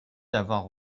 d’avoir